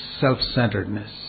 self-centeredness